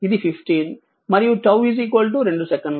ఇది 15 మరియు 𝝉 2 సెకన్లు